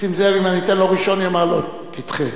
נסים זאב, אם אני אתן לו ראשון, יאמר: לא, תדחה.